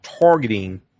targeting